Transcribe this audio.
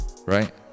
right